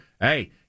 Hey